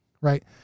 right